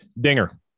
Dinger